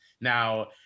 Now